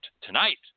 tonight